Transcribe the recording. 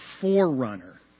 forerunner